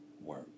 work